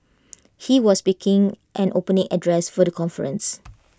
he was speaking and opening address for the conference